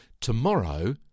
Tomorrow